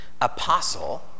Apostle